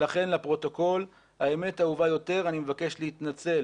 לכן לפרוטוקול, האמת אהובה יותר, אני מבקש להתנצל